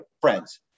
Friends